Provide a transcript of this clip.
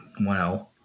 wow